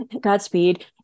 Godspeed